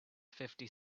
fifty